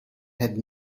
had